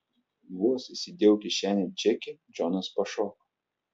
vos įsidėjau kišenėn čekį džonas pašoko